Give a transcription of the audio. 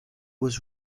was